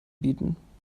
bieten